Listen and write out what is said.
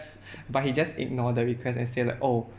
but he just ignore the request and say like oh